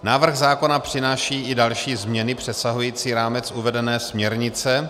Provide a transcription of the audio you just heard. Návrh zákona přináší i další změny přesahující rámec uvedené směrnice.